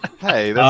Hey